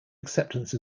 acceptance